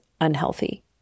unhealthy